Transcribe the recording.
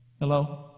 Hello